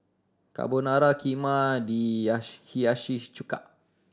Carbonara Kheema Hiyashi Chuka